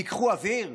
תיקחו אוויר?